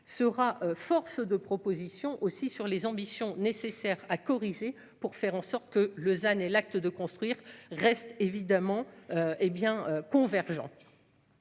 sera force de proposition aussi sur les ambitions nécessaire à corriger pour faire en sorte que Lausanne et l'acte de construire reste évidemment hé bien